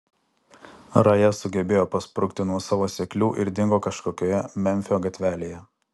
raja sugebėjo pasprukti nuo savo seklių ir dingo kažkokioje memfio gatvelėje